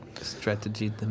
strategy